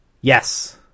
Yes